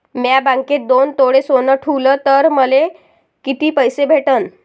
म्या बँकेत दोन तोळे सोनं ठुलं तर मले किती पैसे भेटन